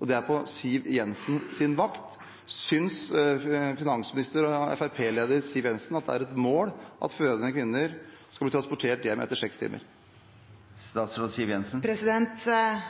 Dette er på Siv Jensens vakt. Synes finansminister og Fremskrittsparti-leder Siv Jensen det er et mål at kvinner skal bli transportert hjem seks timer etter